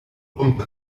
compte